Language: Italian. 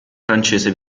francese